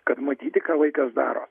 kad matyti ką vaikas daro